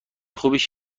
خوبیش